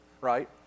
right